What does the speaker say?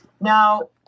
now